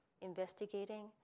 investigating